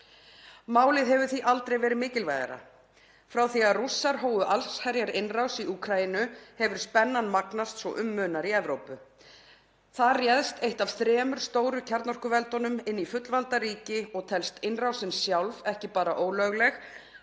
Málið hefur því aldrei verið mikilvægara. Frá því að Rússar hófu allsherjarinnrás í Úkraínu hefur spennan magnast svo um munar í Evrópu. Þar réðst eitt af þremur stóru kjarnorkuveldunum inn í fullvalda ríki og telst innrásin sjálf ekki bara ólögleg